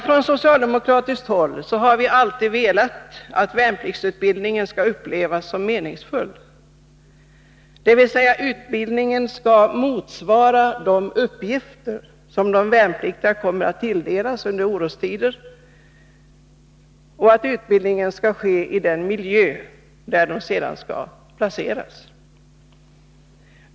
Från socialdemokratiskt håll har vi alltid velat att värnpliktsutbildningen skall upplevas som meningsfull, dvs. utbildningen skall motsvara de uppgifter som de värnpliktiga kommer att tilldelas under orostider och ske i den miljö där de sedan skall placeras.